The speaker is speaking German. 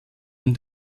den